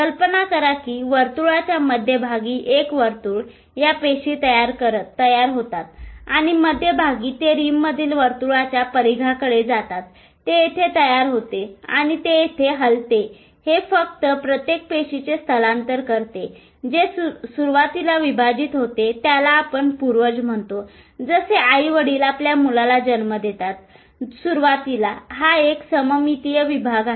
कल्पना करा कि वर्तुळाच्या मध्यभागी एक वर्तुळ या पेशी तयार होतात आणि मध्यभागी ते रिममधील वर्तुळाच्या परिघाकडे जातात ते येथे तयार होते आणि ते येथे हलते ते फक्त प्रत्येक पेशीचे स्थलांतर करते जे सुरुवातीला विभाजित होते त्याला आपण पूर्वज म्हणतो जसे आईवडील आपल्या मुलाला जन्म देतात सुरुवातीला हा एक सममितीय विभाग आहे